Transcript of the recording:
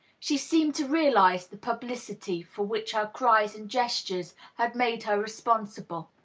she seemed to realize the publicity for which her cries and gestures had made her responsible.